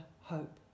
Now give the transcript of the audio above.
hope